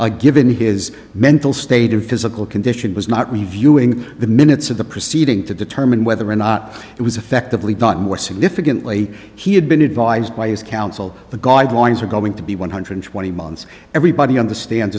a given his mental state or physical condition was not reviewing the minutes of the proceeding to determine whether or not it was effectively but more significantly he had been advised by his counsel the guidelines are going to be one hundred twenty months everybody understands